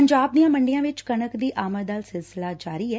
ਪੰਜਾਬ ਦੀਆਂ ਮੰਡੀਆਂ ਵਿਚ ਕਣਕ ਦੀ ਆਮਦ ਦਾ ਸਿਲਸਿਲਾ ਜਾਰੀ ਐ